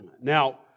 Now